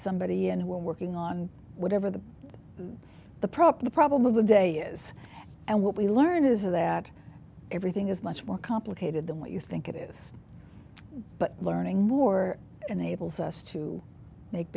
somebody and we're working on whatever the the prop the problem of the day is and what we learn is that everything is much more complicated than what you think it is but learning more enables us to make